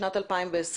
בשנת 2020,